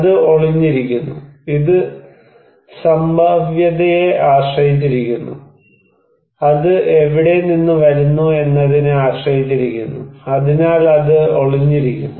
അത് ഒളിഞ്ഞിരിക്കുന്നു ഇത് സംഭാവ്യതയെ ആശ്രയിച്ചിരിക്കുന്നു അത് എവിടെ നിന്ന് വരുന്നു എന്നതിനെ ആശ്രയിച്ചിരിക്കുന്നു അതിനാൽ അത് ഒളിഞ്ഞിരിക്കുന്നു